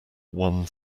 one